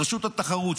רשות התחרות,